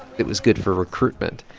it was good for recruitment.